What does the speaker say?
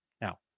Now